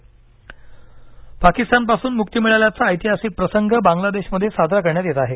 भारत बांगलादेश पाकिस्तानपासून मुक्ति मिळाल्याचा ऐतिहासिक प्रसंग बांग्लादेशमध्ये साजरा करण्यात येत आहे